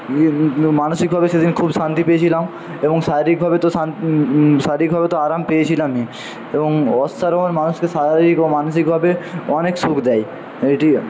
মানসিকভাবে সেদিন খুব শান্তি পেয়েছিলাম এবং শারীরিকভাবে তো শারীরিকভাবে তো আরাম পেয়েছিলামই এবং অশ্বারোহণ মানুষকে শারীরিক ও মানসিকভাবে অনেক সুখ দেয় এইটিই